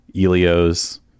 Elio's